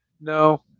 no